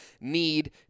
need